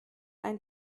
ein